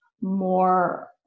more